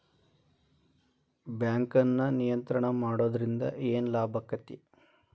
ಬ್ಯಾಂಕನ್ನ ನಿಯಂತ್ರಣ ಮಾಡೊದ್ರಿಂದ್ ಏನ್ ಲಾಭಾಕ್ಕತಿ?